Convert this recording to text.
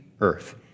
earth